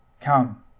come